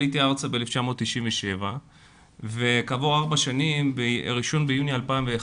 וב-1997 עליתי ארצה וכעבור 4 שנים ב-1 ביוני 2001